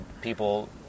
people